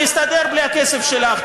נסתדר בלי הכסף שלך.